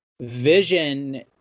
vision